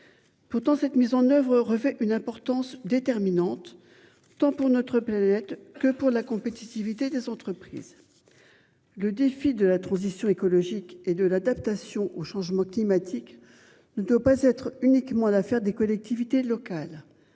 Pourtant, cette mise en oeuvre revêt une importance déterminante tant pour notre planète que pour la compétitivité des entreprises. Le défi de la transition écologique et de l'adaptation au changement climatique ne doit pas être uniquement d'affaire des collectivités locales,